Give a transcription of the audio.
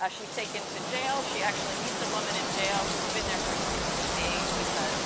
ah she's taken to jail. she actually meets a woman in jail who's been there for sixty days because